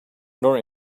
nor